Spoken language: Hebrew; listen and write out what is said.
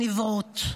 הן עיוורות.